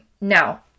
Now